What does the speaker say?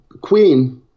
Queen